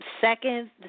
second